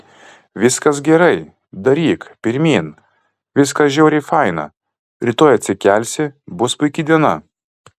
viskas gerai daryk pirmyn viskas žiauriai faina rytoj atsikelsi bus puiki diena